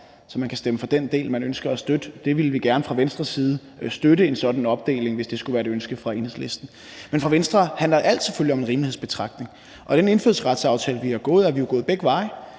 så man kan stemme for den del, man ønsker at støtte. Vi ville gerne fra Venstres side støtte en sådan opdeling, hvis det skulle være et ønske fra Enhedslisten. For Venstre handler alt selvfølgelig om en rimelighedsbetragtning. I den indfødsretsaftale, vi har indgået, er vi jo gået begge veje.